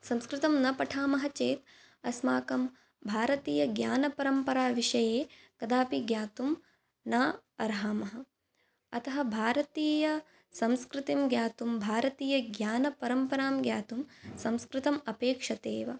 संस्कृतं न पठामः चेत् अस्माकं भारतीयज्ञानपरम्पराविषये कदापि ज्ञातुं न अर्हामः अतः भारतीयसंस्कृतिं ज्ञातुं भारतीयज्ञानपरम्परां ज्ञातुं संस्कृतम् अपेक्षते एव